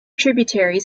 tributaries